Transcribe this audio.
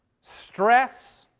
stress